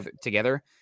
together